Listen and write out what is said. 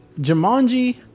Jumanji